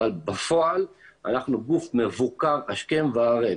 אבל בפועל אנחנו גוף מבוקר השכם והערב.